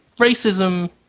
Racism